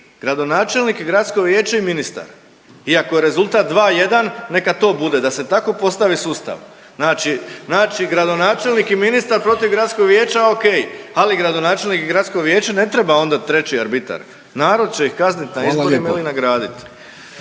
gradonačelnik i gradsko vijeće i ministar i ako je rezultat 2:1 neka to bude da se tako postavi sustav. Znači gradonačelnik i ministar protiv gradskog vijeća ok, ali gradonačelnik i gradsko vijeće ne treba onda treći arbitar. Narod će ih kazniti na izborima …/Upadica: